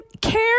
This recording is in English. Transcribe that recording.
Care